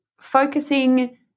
focusing